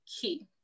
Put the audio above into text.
key